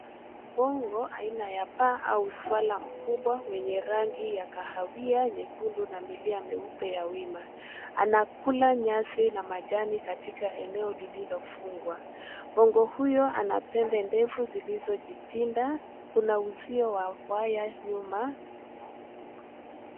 Mbogo aina ya paa au swara mkubwa wenye rangi ya kahawia nyekundu na milia meupe ya wima. Anakula nyasi na majani katika eneo lililofungwa. Mbogo huyo ana pembe ndefu zilizojipinda. Kuna uzio wa waya nyuma.